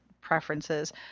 preferences